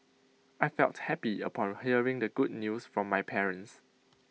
I felt happy upon hearing the good news from my parents